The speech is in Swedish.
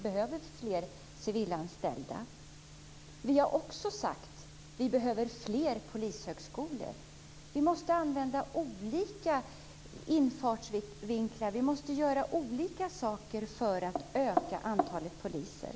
Behöver vi fler civilanställda? Vi har också sagt att vi behöver fler polishögskolor. Vi måste använda olika infallsvinklar och göra olika saker för att öka antalet poliser.